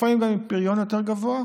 לפעמים גם עם פריון יותר גבוה,